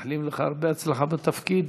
מאחלים לך הרבה הצלחה בתפקיד.